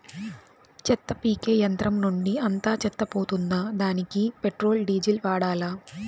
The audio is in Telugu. చెత్త పీకే యంత్రం నుండి అంతా చెత్త పోతుందా? దానికీ పెట్రోల్, డీజిల్ వాడాలా?